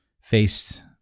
faced